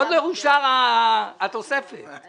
שאמרנו שהתחילה שלו תהיה מידית כדי להגן על הגמ"חים.